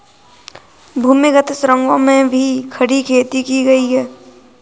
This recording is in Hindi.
भूमिगत सुरंगों में भी खड़ी खेती की गई